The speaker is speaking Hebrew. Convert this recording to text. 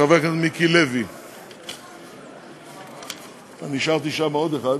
התשע"ה 2015. אני השארתי שם עוד אחד,